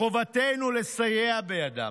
מחובתנו לסייע בידם.